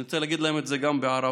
אני רוצה להגיד להם את זה גם בערבית: